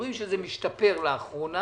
אומרים שזה משתפר לאחרונה,